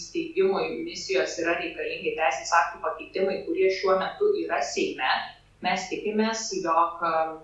įsteigimai misijos yra reikalingi teisės aktų pakeitimai kurie šiuo metu yra seime mes tikimės jog